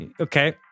Okay